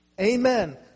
Amen